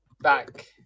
back